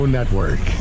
Network